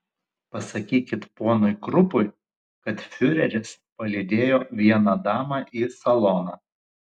pasakykit ponui krupui kad fiureris palydėjo vieną damą į saloną